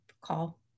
call